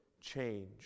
change